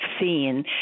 seen